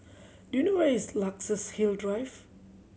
do you know where is Luxus Hill Drive